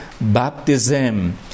baptism